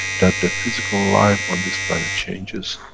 that the physical life on this planet changes,